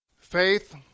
Faith